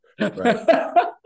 right